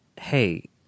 hey